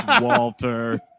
Walter